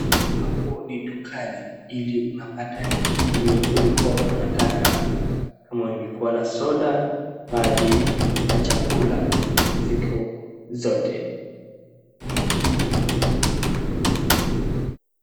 Hapo ni dukani ili unapata chenye ulikuwa unataka. Kama ungekuwa na soda, maji na chakula ziko zote.